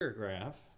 paragraph